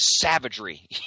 savagery